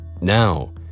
Now